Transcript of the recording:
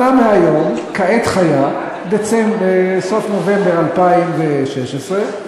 שנה מהיום, כעת חיה, בסוף נובמבר 2016,